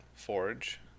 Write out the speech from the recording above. forge